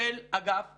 של אגף התקציבים.